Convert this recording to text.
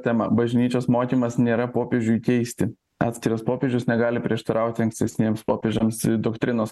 tema bažnyčios mokymas nėra popiežiui keisti atskiras popiežius negali prieštarauti ankstesniems popiežiams doktrinos